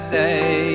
day